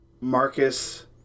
Marcus